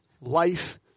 life